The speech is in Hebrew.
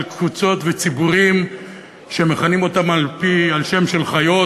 קבוצות וציבורים שמכנים אותם על שם של חיות,